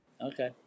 Okay